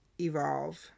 evolve